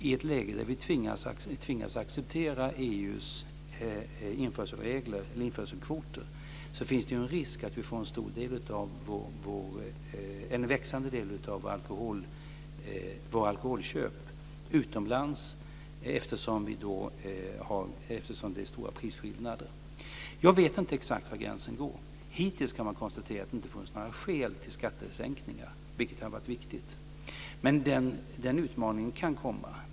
I ett läge där vi tvingas acceptera EU:s införselkvoter finns det en risk att vi får en växande del av våra alkoholköp utomlands eftersom det är stora prisskillnader. Jag vet inte exakt var gränsen går. Hittills kan man konstatera att det inte funnits några skäl till skattesänkningar, vilket har varit viktigt. Men den utmaningen kan komma.